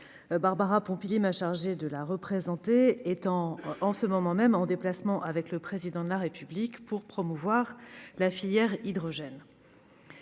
Barbara Pompili m'a chargée de la représenter, puisqu'elle est en ce moment même en déplacement aux côtés du Président de la République pour promouvoir la filière hydrogène.